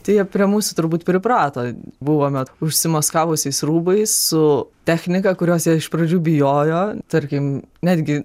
tai jie prie mūsų turbūt priprato buvome užsimaskavusiais rūbais su technika kurios jie iš pradžių bijojo tarkim netgi